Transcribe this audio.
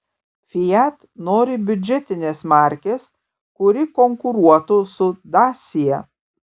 fiat nori biudžetinės markės kuri konkuruotų su dacia